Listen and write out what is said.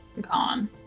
gone